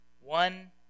One